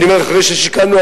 אני אומר אחרי ששכלנו,